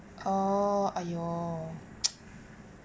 oh !aiyo!